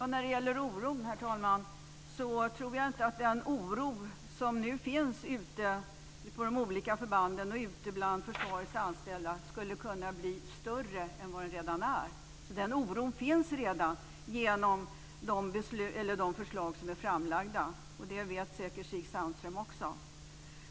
Herr talman! När det gäller oron tror jag inte att den oro som nu finns ute på de olika förbanden och bland försvarets anställda skulle kunna bli större än vad den redan är. Oron finns redan genom de förslag som är framlagda, och det vet säkert också Stig Sandström.